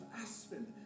aspen